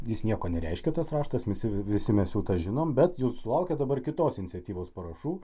jis nieko nereiškia tas raštas visi visi mes jau tą žinom bet jūs sulaukėt dabar kitos iniciatyvos parašų